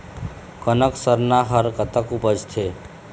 कनक सरना हर कतक उपजथे?